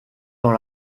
dans